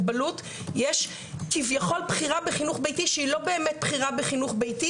מכיוון שהם אלה שבאמת מטפלים,